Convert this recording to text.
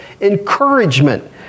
encouragement